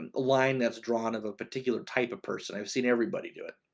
um line that's drawn of a particular type of person. i've seen everybody do it.